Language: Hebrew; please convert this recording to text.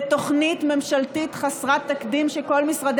בתוכנית ממשלתית חסרת תקדים שכל משרדי